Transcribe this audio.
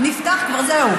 נפתח כבר, זהו.